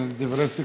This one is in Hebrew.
כן, דברי סיכום.